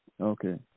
Okay